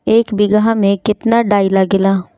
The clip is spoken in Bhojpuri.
एक बिगहा में केतना डाई लागेला?